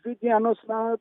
dvi dienos na